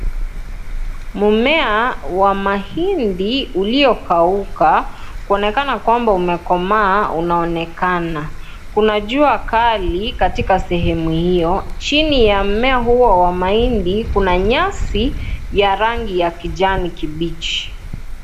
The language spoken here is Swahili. Mmea wa mahindi uliokauka unaonekana kwamba umekomaa unaonekana. Kuna jua kali katika sehemu hio. Chini wa mmea huo wa mahindi kuna nyasi ya rangi ya kijani kibichi.